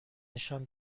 نشان